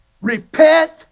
Repent